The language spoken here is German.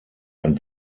ein